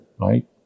right